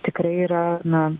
tikrai yra na